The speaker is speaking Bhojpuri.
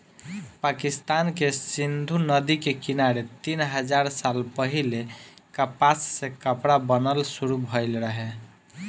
पाकिस्तान के सिंधु नदी के किनारे तीन हजार साल पहिले कपास से कपड़ा बनल शुरू भइल रहे